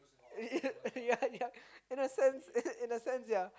ya ya in a sense in a sense ya